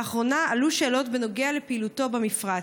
לאחרונה עלו שאלות בנוגע לפעילותו במפרץ.